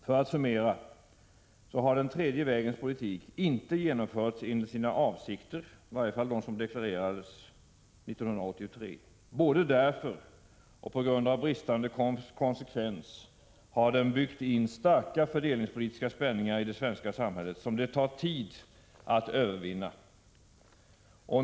För att summera vill jag säga att den tredje vägens politik inte har genomförts enligt avsikterna, i varje fall inte enligt de som refererades 1983. Både därför och på grund av bristande konsekvens har den byggt in starka fördelningspolitiska spänningar i det svenska samhället som det tar tid att övervinna.